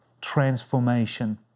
transformation